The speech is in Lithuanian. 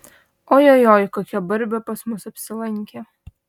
ojojoi kokia barbė pas mus apsilankė